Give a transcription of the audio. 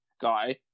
guy